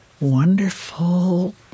wonderful